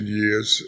years